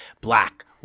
black